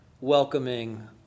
welcoming